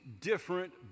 different